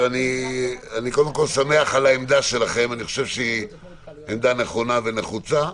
אני שמח על העמדה שלכם, שהיא נכונה ונחוצה.